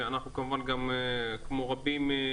כמו רבים,